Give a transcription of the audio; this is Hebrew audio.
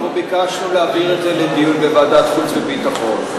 אנחנו ביקשנו להעביר את זה לדיון בוועדת חוץ וביטחון,